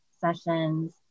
sessions